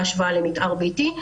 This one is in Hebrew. בהשוואה למתאר ביתי.